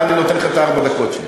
אני נותן לך את ארבע הדקות שלי.